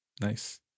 nice